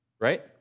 right